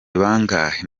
bangahe